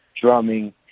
drumming